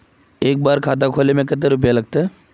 एक बार खाता खोले में कते रुपया लगते?